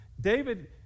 David